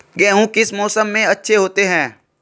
गेहूँ किस मौसम में अच्छे होते हैं?